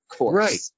Right